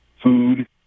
food